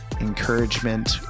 encouragement